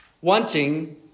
wanting